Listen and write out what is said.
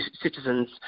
citizens